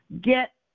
get